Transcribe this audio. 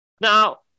Now